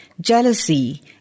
jealousy